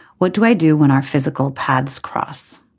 what do i do when our physical paths cross.